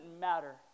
matter